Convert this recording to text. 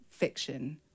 Fiction